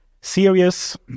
serious